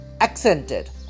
accented